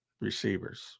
receivers